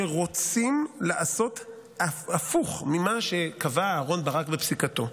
שרוצים לעשות הפוך ממה שקבע אהרן ברק בפסיקתו,